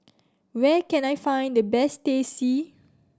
where can I find the best Teh C